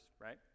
Right